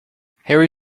harry